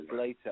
later